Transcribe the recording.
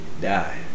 Die